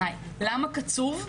למה קצוב?